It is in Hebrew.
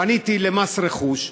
פניתי למס רכוש,